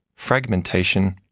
fragmentation,